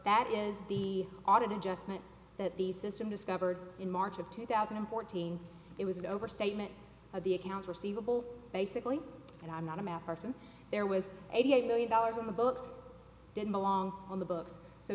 that is the audit adjustment that the system discovered in march of two thousand and fourteen it was an overstatement of the accounts receivable basically and i'm not a math hartson there was eighty eight million dollars in the books didn't belong on the bo